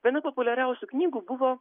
viena populiariausių knygų buvo